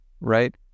right